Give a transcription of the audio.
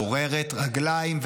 גוררת רגליים,